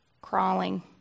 crawling